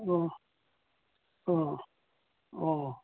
ꯑꯣ ꯑꯥ ꯑꯣ